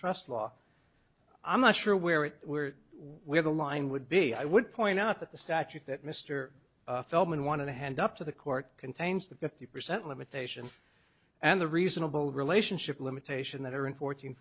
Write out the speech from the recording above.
trust law i'm not sure where it where we have a line would be i would point out that the statute that mr feldman wanted to hand up to the court contains the fifty percent limitation and the reasonable relationship limitation that are in fourteen